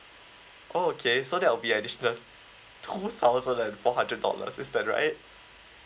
oh okay so that will be additional two thousand and four hundred dollars is that right